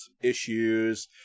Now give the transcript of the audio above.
issues